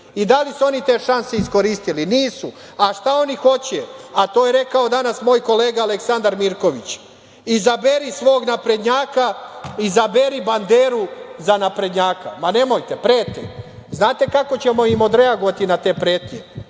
Da li su oni te šanse iskoristili? Nisu. Šta oni hoće? To je rekao danas moj kolega Aleksandar Mirković – izaberi svog naprednjaka, izaberi banderu za naprednjaka. Ma nemojte, prete. Znate kako ćemo odreagovati na te pretnje?